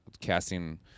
casting